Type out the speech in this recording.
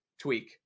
tweak